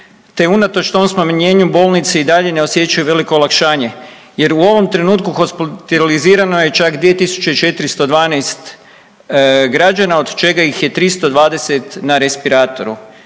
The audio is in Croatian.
te unatoč tom smanjenju bolnice i dalje ne osjećaju veliko olakšanje jer u ovom trenutku hospitalizirano je čak 2.412 građana, od čega ih je 320 na respiratoru.